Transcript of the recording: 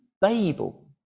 Babel